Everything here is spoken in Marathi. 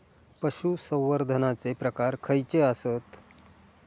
पशुसंवर्धनाचे प्रकार खयचे आसत?